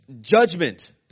judgment